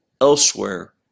elsewhere